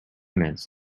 minutes